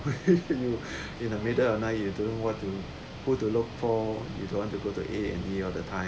you in the middle of night you don't know what to who to look for you don't want to go to A&E all the time